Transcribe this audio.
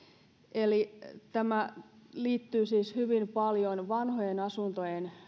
eli tämä liittyy siis hyvin paljon vanhojen asuntojen